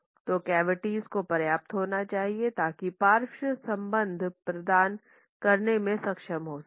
तो कैविटीज़ को पर्याप्त होना चाहिए ताकि पार्श्व संबंध प्रदान करने में सक्षम हो सकें